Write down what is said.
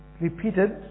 repeated